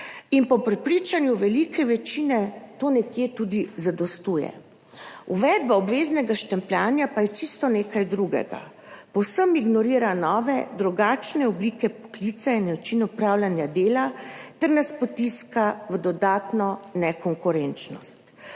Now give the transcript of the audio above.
Po prepričanju velike večine to nekje tudi zadostuje. Uvedba obveznega štempljanja pa je čisto nekaj drugega, povsem ignorira nove, drugačne oblike poklicev in načine opravljanja dela ter nas potiska v dodatno nekonkurenčnost.